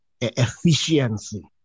efficiency